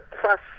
plus